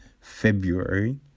February